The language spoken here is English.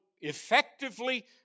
effectively